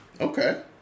Okay